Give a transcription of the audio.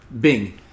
Bing